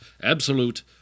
absolute